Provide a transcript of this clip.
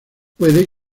puede